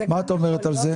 מה את אומרת על זה?